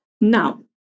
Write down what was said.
Now